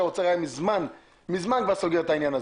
שהאוצר היה מזמן סוגר את העניין.